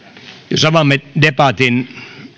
jos avaamme debatin